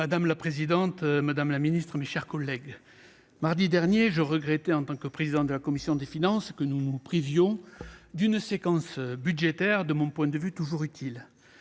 Madame la présidente, madame la ministre, mes chers collègues, mardi dernier, je regrettais en tant que président de la commission des finances que nous nous privions d'une séquence budgétaire de mon point de vue toujours utile.